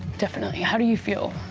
definitely. how do you feel?